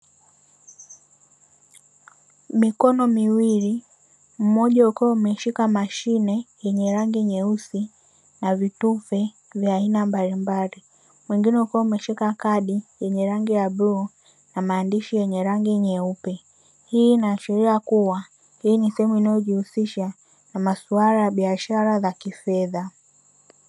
Mikono miwili mmoja ukiwa umeshika mashine yenye rangi nyeusi na vitufe vya aina mbalimbali, mwingine ukiwa umeshika kadi yenye rangi ya bluu na maandishi yenye rangi nyeupe, hii inaashiria kuwa hii ni sehemu inayojihusisha na masuala ya biashara za kifedha.